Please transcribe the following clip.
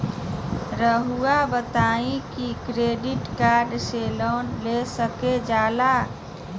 रहुआ बताइं कि डेबिट कार्ड से लोन ले सकल जाला?